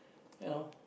you know